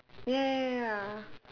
ya ya ya ya